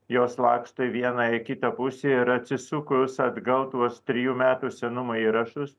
jos laksto į vieną į kitą pusę ir atsisukus atgal tuos trijų metų senumo įrašus